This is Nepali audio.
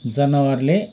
जनवरले